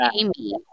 Amy